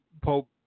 Pope